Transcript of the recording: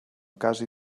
quasi